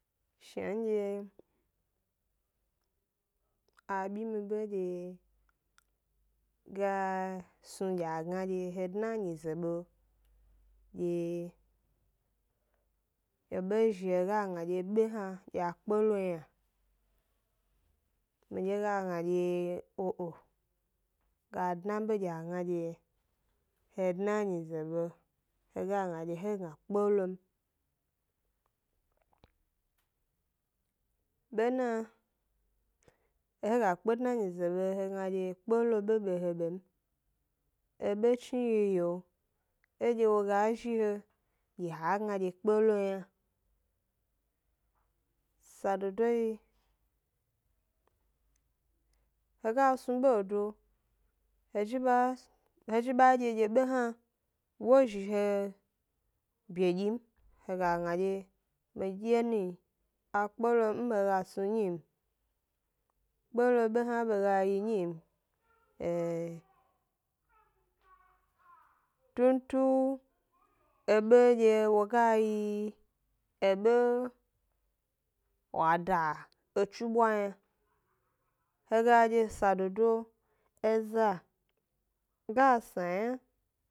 Shnandye a byi mi be dye ga snu gi a gna dye he dna nyize be dye ebe zhi he ga gna dye a kpelo yna, midye ga gna dye o'o, ga dnabe ge a gna dye he dna e nyize be he ga gna dye he gna kpelo m, bena he ga kpe dna e nyize be he gna kpelo be e be he be m, ebe chniyiyio edye wo ga zhi he ge ha gna dye kpelo yna. Sadodo yi, he ga snu bedo he zhi ba hezhi ba dye dye be hna wo zhi he byedyi yi m, hhe ga gna dye midye ni! A kpelo mi be ga snu nyi m, kpelo be hna ebe ga yi nyi m, e tun tun ebe dye wo ga yi ebe wa da etsu bwa yna, he ga dye sadodo eza ga sna yna